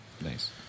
Nice